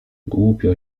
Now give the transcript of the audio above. głupio